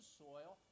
soil